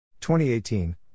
2018